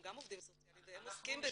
הם גם עובדים סוציאליים והם עוסקים בזה.